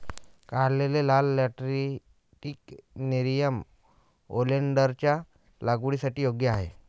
काढलेले लाल lateritic nerium ओलेन्डरच्या लागवडीसाठी योग्य आहे